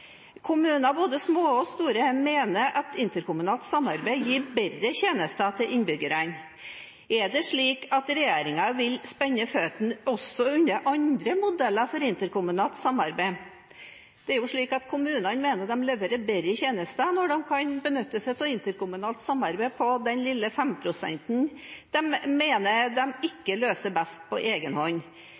Kommuner, både små og store, mener at interkommunalt samarbeid gir bedre tjenester til innbyggerne. Er det slik at regjeringen vil spenne føttene også under andre modeller for interkommunalt samarbeid? Det er jo slik at kommuner mener de leverer bedre tjenester når de kan benytte seg av interkommunalt samarbeid på den lille femprosenten de mener de ikke løser best på